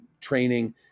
training